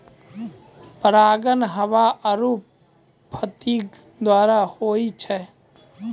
परागण हवा आरु फतीगा द्वारा होय छै